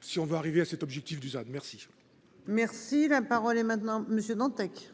si on veut arriver à cet objectif du merci. Merci la parole est maintenant Monsieur Dantec.